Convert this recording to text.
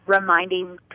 reminding